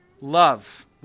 Love